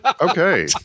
Okay